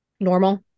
normal